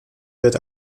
wird